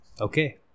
Okay